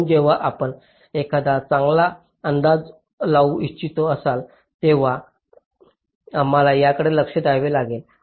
म्हणून जेव्हा आपण एखादा चांगला अंदाज लावू इच्छित असाल तेव्हा आम्हाला याकडे लक्ष द्यावे लागेल